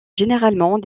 généralement